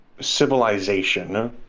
civilization